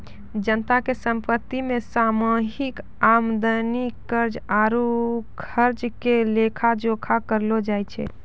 जनता के संपत्ति मे सामूहिक आमदनी, कर्जा आरु खर्चा के लेखा जोखा करलो जाय छै